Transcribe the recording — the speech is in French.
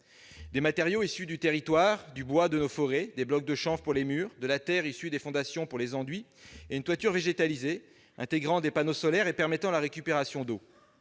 Ses matériaux sont issus du territoire : du bois de nos forêts, des blocs de chanvre pour les murs, de la terre issue des fondations pour les enduits et une toiture végétalisée intégrant des panneaux solaires et permettant la récupération d'eau.